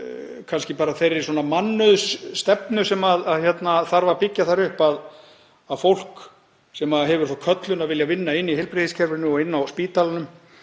kannski bara þeirri mannauðsstefnu sem þarf að byggja þar upp, að fólk sem hefur þá köllun að vilja vinna í heilbrigðiskerfinu og á spítalanum